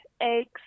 eggs